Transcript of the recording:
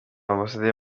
ambasaderi